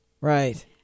Right